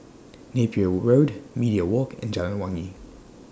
Napier Road Media Walk and Jalan Wangi